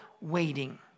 waiting